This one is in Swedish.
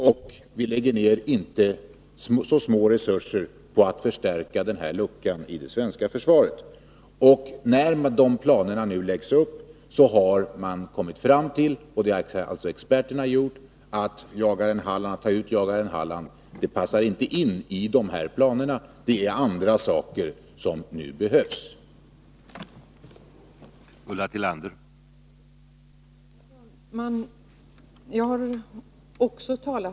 Herr talman! Varken Ulla Tillander eller jag är specialister på ubåtsjakt. Vi får vända oss till dem som planerar för och utarbetar detta slags försvar. De som gör det är också överens. Sedan år 1980 bygger vi i vårt land upp ubåtsjakten och lägger ned icke föraktliga resurser på att förstärka denna lucka i det svenska försvaret. I de planer som utarbetats har experterna nu kommit fram till att jagaren Halland inte passar in i sammanhanget. Det behövs andra försvarsenheter.